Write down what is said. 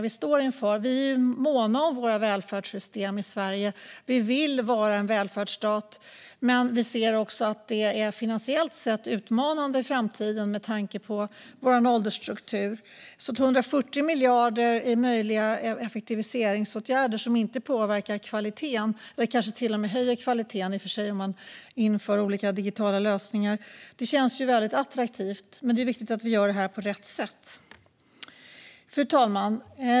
Vi är måna om våra välfärdssystem i Sverige och vill vara en välfärdsstat men ser också att detta är finansiellt utmanande i framtiden med tanke på vår åldersstruktur. Därför känns 140 miljarder i möjliga effektiviseringsåtgärder, som inte påverkar kvaliteten eller som kanske till och med höjer kvaliteten om man inför olika digitala lösningar, väldigt attraktivt. Men det är viktigt att vi gör detta på rätt sätt. Fru talman!